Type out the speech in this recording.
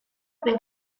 per